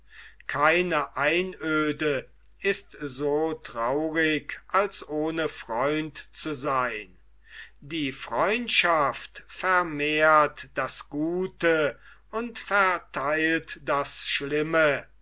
keine einöde ist so traurig als ohne freund zu seyn die freundschaft vermehrt das gute und vertheilt das schlimme